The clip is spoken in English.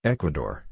Ecuador